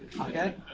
Okay